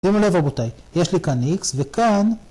‫שימו לב, רבותיי, יש לי כאן איקס, ‫וכאן...